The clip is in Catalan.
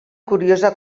curiosa